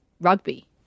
rugby